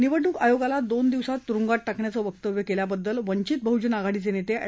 निवडणूक आयोगाला दोन दिवसांत तुरुंगात टाकण्याचं वक्तव्य केल्याबद्दल वंचित बहुजन आघाडीचे नेते एड